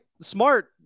Smart